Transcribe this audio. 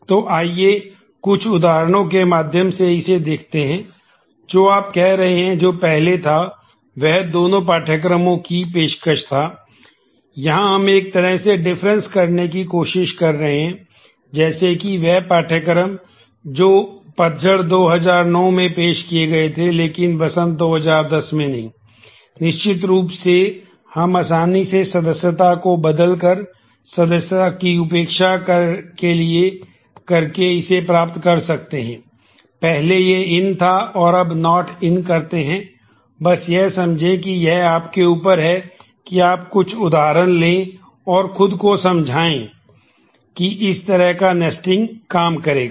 तो आइए हम कुछ उदाहरणों के माध्यम से इसे देखते हैं जो आप कह रहे हैं जो पहले था वह दोनों पाठ्यक्रमों की पेशकश था यहाँ हम एक तरह से डिफरेंस काम करेगा